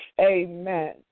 Amen